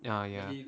ya ya